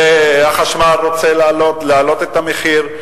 החשמלאי רוצה להעלות את המחיר,